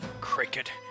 Cricket